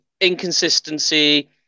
Inconsistency